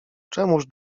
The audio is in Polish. czemuż